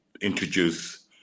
introduce